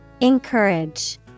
Encourage